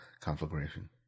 conflagration